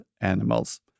animals